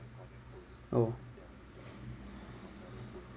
oh